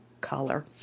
Color